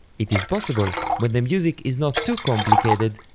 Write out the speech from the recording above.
it is possible, when the music is not too complicated,